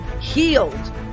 healed